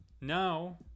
Now